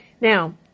Now